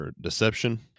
deception